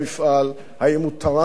האם הוא טרח להתעניין?